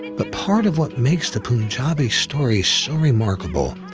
but part of what makes the punjabi story so remarkable,